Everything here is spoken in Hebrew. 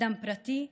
אדם פרטי,